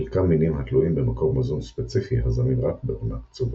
חלקם מינים התלויים במקור מזון ספציפי הזמין רק בעונה קצובה.